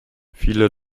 viele